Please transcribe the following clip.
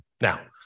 Now